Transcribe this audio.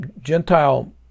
Gentile